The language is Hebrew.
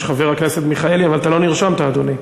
יש חבר הכנסת מיכאלי, אבל אתה לא נרשמת, אדוני.